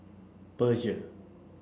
Peugeot